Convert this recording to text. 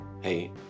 Hey